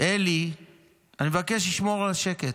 אני מבקש לשמור על השקט,